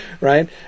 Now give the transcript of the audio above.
right